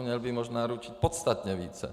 Měl by možná ručit podstatně více.